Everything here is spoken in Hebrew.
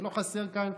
ולא חסרים כאן,